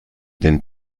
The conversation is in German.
den